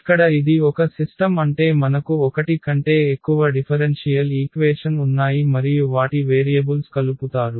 ఇక్కడ ఇది ఒక సిస్టమ్ అంటే మనకు ఒకటి కంటే ఎక్కువ డిఫరెన్షియల్ ఈక్వేషన్ ఉన్నాయి మరియు వాటి వేరియబుల్స్ కలుపుతారు